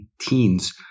teens